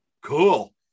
Cool